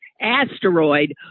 asteroid